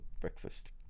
breakfast